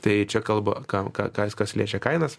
tai čia kalba kan ką kas kas liečia kainas